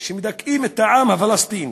של העם הפלסטיני,